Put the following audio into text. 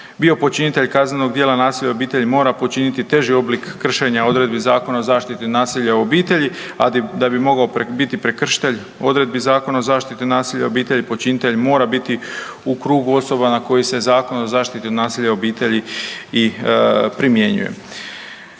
bio počinitelj kaznenog djela nasilja u obitelji mora počiniti teži oblik kršenja odredbi Zakona o zaštiti od nasilja u obitelji, a da bi mogao biti prekršitelj odredbi Zakona o zaštiti od nasilja u obitelji počinitelj mora biti u krugu osoba na koji se Zakona o zaštiti od nasilja u obitelji i primjenjuje.